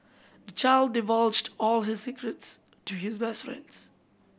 the child divulged all his secrets to his best friends